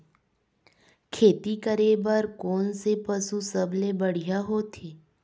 खेती करे बर कोन से पशु सबले बढ़िया होथे?